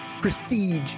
prestige